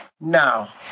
Now